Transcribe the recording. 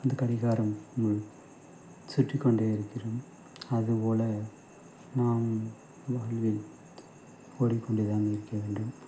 அந்த கடிகாரம் முள் சுற்றிக்கொண்டே இருக்கிம் அது போல நாம் வாழ்வில் ஓடிக் கொண்டே தான் இருக்க வேண்டும்